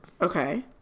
Okay